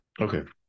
Okay